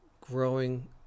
growing